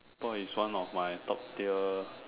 pork is one of my top tier